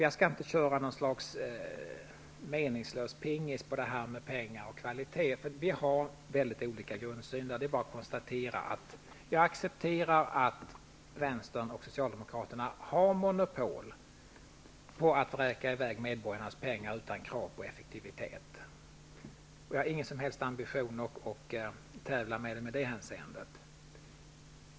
Jag skall inte köra något slags meningslös pingis på det här med pengar och kvalitet, för vi har väldigt olika grundsyn. Det är bara att konstatera att jag accepterar att Vänsterpartiet och Socialdemokraterna har monopol på att vräka i väg medborgarnas pengar utan krav på effektivitet. Jag har ingen som helst ambition att tävla med dem i det hänseendet.